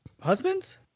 Husbands